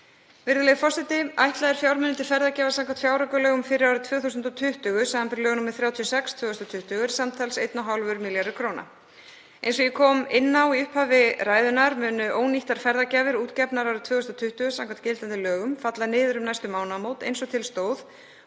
Virðulegi forseti. Ætlaðir fjármunir til ferðagjafar samkvæmt fjáraukalögum fyrir árið 2020, sbr. lög nr. 36/2020, eru samtals 1,5 milljarðar kr. Eins og ég kom inn á í upphafi ræðunnar munu ónýttar ferðagjafir útgefnar árið 2020 samkvæmt gildandi lögum falla niður um næstu mánaðamót eins og til stóð,